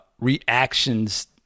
reactions